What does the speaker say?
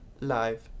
Live